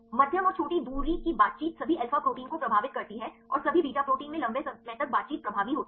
मध्यम और छोटी दूरी की बातचीत सभी अल्फा प्रोटीन को प्रभावित करती है और सभी बीटा प्रोटीन में लंबे समय तक बातचीत प्रभावी होती है